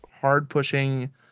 hard-pushing